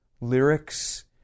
lyrics